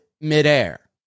midair